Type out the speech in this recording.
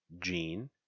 gene